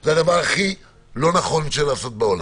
זה הדבר הכי לא נכון לעשות.